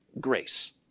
Grace